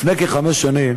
לפני כחמש שנים